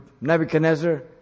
Nebuchadnezzar